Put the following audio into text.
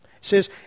says